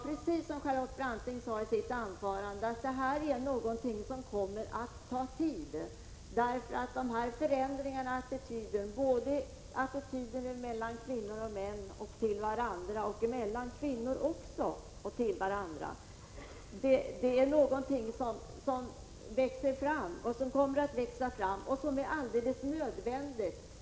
Precis som Charlotte Branting sade i sitt anförande kommer det att ta tid, eftersom dessa förändringar av attityder — både attityder mellan kvinnor och män och attityder mellan kvinnor — är något som växer fram. Det är alldeles nödvändigt.